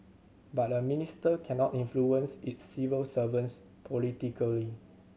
but a minister cannot influence his civil servants politically